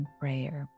prayer